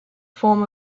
form